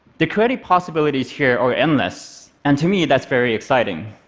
the creative possibilities here are endless, and to me, that's very exciting.